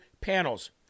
panels